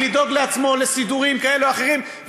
לדאוג לעצמו לסידורים כאלה ואחרים,